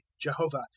jehovah